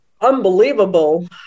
unbelievable